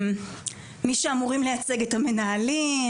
מי שאמורים לייצג את המנהלים,